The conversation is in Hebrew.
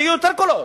שיהיו יותר קולות.